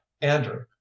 andrew